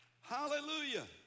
Hallelujah